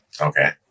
Okay